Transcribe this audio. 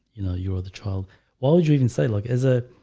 you know, you're the child why would you even say like as a